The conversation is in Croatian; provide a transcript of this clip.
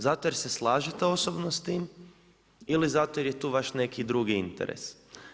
Zato jer se slažete osobno s tim ili zato jer je tu vaš neki drugi interes.